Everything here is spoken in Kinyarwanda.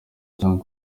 cyangwa